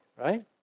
right